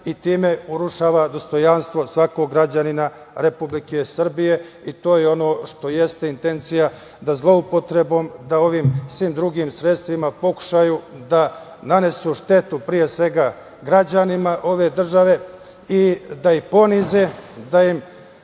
i time urušava dostojanstvo svakog građanina Republike Srbije. To je ono što jeste intencija da zloupotrebom, da ovim svim drugim sredstvima pokušaju da nanesu štetu pre svega građanima ove države i da ih ponize zarad